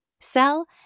sell